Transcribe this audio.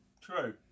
True